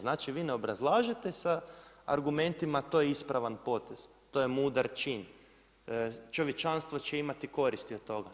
Znači vi ne obrazlažete sa argumentima, to je ispravan potez, to je mudar čin, čovječanstvo će imati koristi od toga.